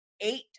eight